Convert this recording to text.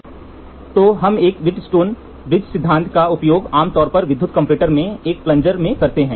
तो हम इस वेटस्टोन ब्रिज सिद्धांत का उपयोग आम तौर पर विद्युत कंपैरेटर में एक प्लनजर में करते हैं